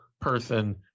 person